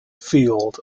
field